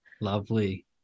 Lovely